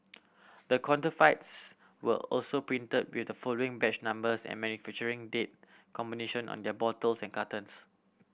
the counterfeits were also printed with the following batch numbers and manufacturing date combination on their bottles and cartons